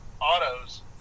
Autos